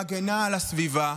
שמגינה על הסביבה,